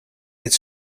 its